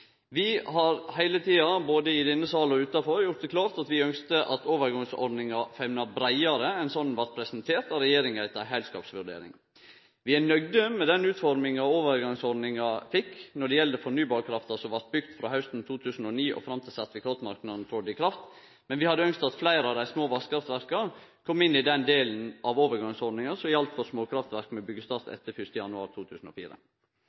Vi har heile tida, både i denne salen og utanfor, gjort det klart at vi ynskte at overgangsordninga femna breiare enn slik ho blei presentert av regjeringa etter ei heilskapsvurdering. Vi er nøgde med den utforminga overgangsordninga fekk når det gjeld fornybarkrafta som blei bygd frå hausten 2009 og fram til sertifikatmarknaden tredde i kraft. Men vi hadde ynskt at fleire av dei små vasskraftverka kom inn i den delen av overgangsordninga som gjaldt for småkraftverk med byggjestart etter 1. januar 2004.